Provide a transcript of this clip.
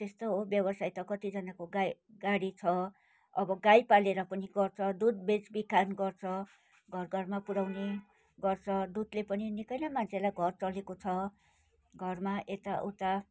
त्यस्तो हो व्यवसाय त कतिजानाको गा गाडी छ अब गाई पालेर पनि गर्छ दुध बेच बिखान गर्छ घरघरमा पुर्याउने गर्छ दुधले पनि निकै नै मान्छेलाई घर चलेको छ घरमा यता उता